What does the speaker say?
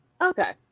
okay